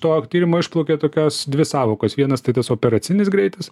to tyrimo išplaukia tokios dvi sąvokos vienas tai tas operacinis greitis